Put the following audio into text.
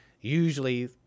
Usually